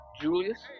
Julius